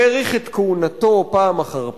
האריך את כהונתו פעם אחר פעם,